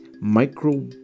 micro